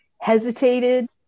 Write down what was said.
hesitated